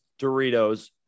Doritos